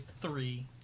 three